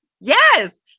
yes